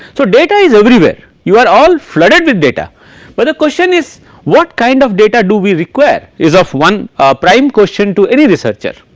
so data is everywhere you are all flooded with data whether but question is what kind of data do we require is of one prime question to any researcher.